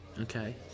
Okay